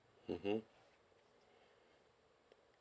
mmhmm